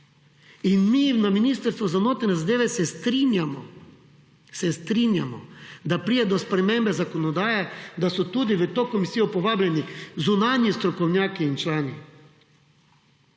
In mi, na Ministrstvu za notranje zadeve se strinjamo, se strinjamo, da pride do spremembe zakonodaje, da so tudi v to komisijo povabljeni zunanji strokovnjaki in člani.